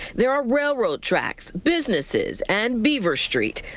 there are railroad tracks businesses and beaver street.